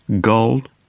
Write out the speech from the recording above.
gold